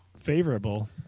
favorable